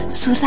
su